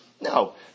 No